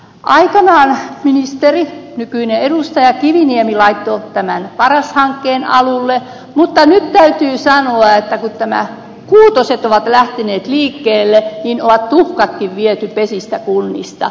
aikaan ministeri nykyinen edustaja kiviniemi laittoi tämän paras hankkeen alulle mutta nyt täytyy sanoa että kun nämä kuutoset ovat lähteneet liikkeelle niin on tuhkatkin viety pesistä kunnissa